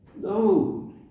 No